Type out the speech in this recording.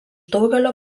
daugelio